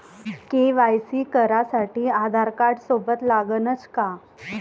KYC करासाठी आधारकार्ड सोबत लागनच का?